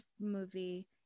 movie